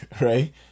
right